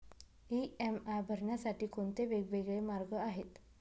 EMI भरण्यासाठी कोणते वेगवेगळे मार्ग आहेत?